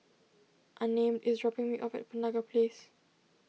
Unnamed is dropping me off at Penaga Place